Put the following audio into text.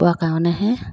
পোৱা কাৰণেহে